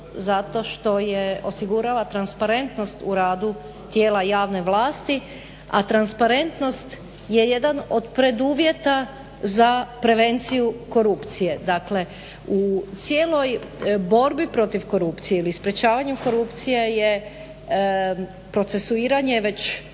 Zato što osigurava transparentnost u radu tijela javne vlasti, a transparentnost je jedan od preduvjeta za prevenciju korupcije. Dakle, u cijeloj borbi protiv korupcije ili sprječavanju korupcije je procesuiranje već